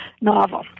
novel